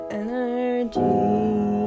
energy